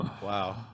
Wow